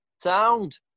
Sound